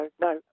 no